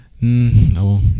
No